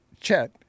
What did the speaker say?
Chet